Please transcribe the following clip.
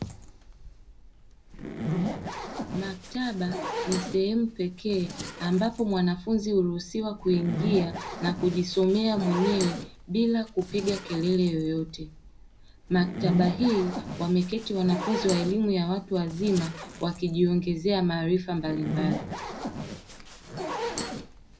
Maktaba ni sehemu pekee, ambapo mwanafunzi huruhusiwa kuingia na kujisomea mwenyewe bila kupiga kelele yoyote. Maktaba hii wameketi wanafunzi wa elimu ya watu wazima wakijiongezea maarifa mbalimbali.